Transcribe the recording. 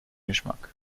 geschmack